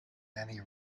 any